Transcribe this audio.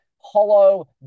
hollow